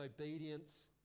obedience